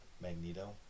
Magneto